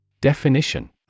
Definition